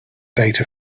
data